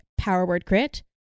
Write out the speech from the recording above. PowerWordCrit